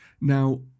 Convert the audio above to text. Now